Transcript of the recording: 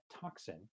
toxin